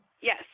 Yes